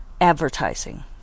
advertising